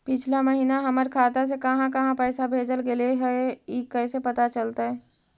पिछला महिना हमर खाता से काहां काहां पैसा भेजल गेले हे इ कैसे पता चलतै?